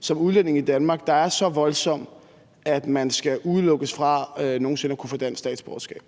som udlænding i Danmark, der er så voldsom, at man skal udelukkes fra nogen sinde at kunne få dansk statsborgerskab.